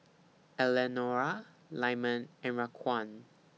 Eleonora Lyman and Raquan